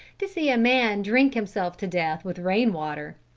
to see a man drink himself to death with rain-water.